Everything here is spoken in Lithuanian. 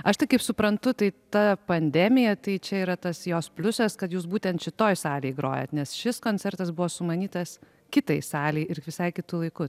aš tai kaip suprantu tai ta pandemija tai čia yra tas jos pliusas kad jūs būtent šitoj salėj grojat nes šis koncertas buvo sumanytas kitai salei ir visai kitu laiku